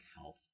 health